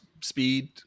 speed